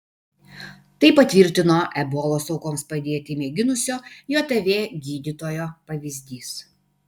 tai patvirtino ebolos aukoms padėti mėginusio jav gydytojo pavyzdys